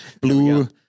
blue